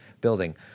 building